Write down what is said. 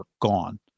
gone